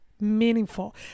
meaningful